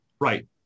Right